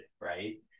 right